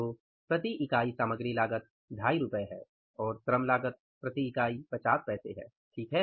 तो प्रति इकाई सामग्री लागत 25 रु है और श्रम लागत प्रति इकाई 50 पैसे है ठीक है